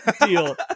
deal